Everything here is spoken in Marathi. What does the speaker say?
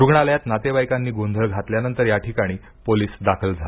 रुग्णालयात नातेवाईकांनी गोंधळ घातल्यानंतर याठिकाणी पोलिस दाखल झाले